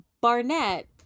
Barnett